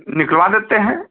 निकलवा देते हैं